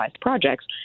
projects